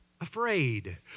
afraid